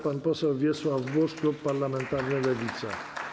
Pan poseł Wiesław Buż, klub parlamentarny Lewica.